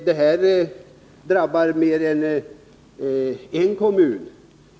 Det är inte bara en kommun som drabbas.